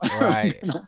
Right